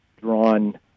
drawn